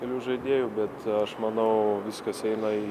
kelių žaidėjų bet aš manau viskas eina į